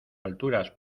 alturas